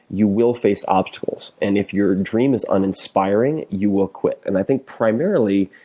you will face obstacles. and if your dream is uninspiring, you will quit. and i think, primarily,